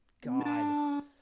God